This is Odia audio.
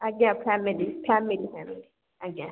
ଆଜ୍ଞା ଫ୍ୟାମିଲି ଫ୍ୟାମିଲି ଫ୍ୟାମିଲି ଆଜ୍ଞା